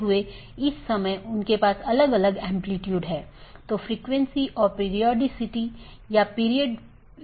BGP पड़ोसी या BGP speaker की एक जोड़ी एक दूसरे से राउटिंग सूचना आदान प्रदान करते हैं